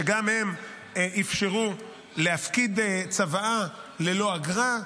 שגם הן אפשרו להפקיד צוואה ללא אגרה,